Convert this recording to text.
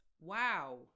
Wow